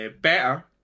better